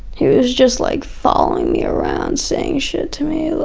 he was just like following me around saying shit to me.